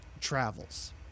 travels